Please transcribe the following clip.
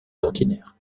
ordinaire